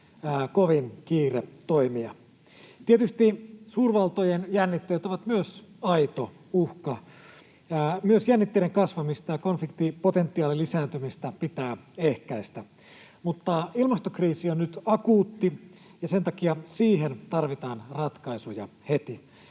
kovin kiire toimia. Tietysti suurvaltojen jännitteet ovat myös aito uhka. Myös jännitteiden kasvamista ja konfliktipotentiaalin lisääntymistä pitää ehkäistä, mutta ilmastokriisi on nyt akuutti, ja sen takia siihen tarvitaan ratkaisuja heti.